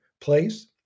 place